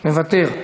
מוותר,